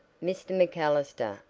mr. macallister,